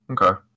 Okay